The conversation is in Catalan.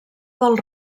del